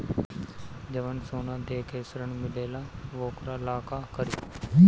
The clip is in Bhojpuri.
जवन सोना दे के ऋण मिलेला वोकरा ला का करी?